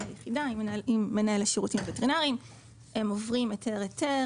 היחידה עם מנהל השירותים הווטרינריים הם עוברים היתר היתר,